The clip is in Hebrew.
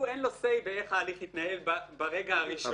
אין לו say באיך ההליך יתנהל ברגע הראשון.